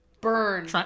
Burn